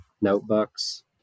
notebooks